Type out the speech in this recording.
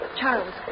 Charles